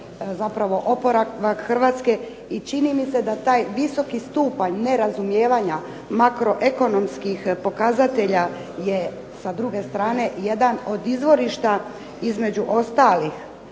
zapravo oporavak Hrvatske, i čini mi se da taj visoki stupanj nerazumijevanja makroekonomskih pokazatelja je sa druge strane jedan od izvorišta između ostalih